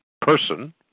person